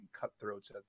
cutthroats